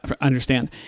understand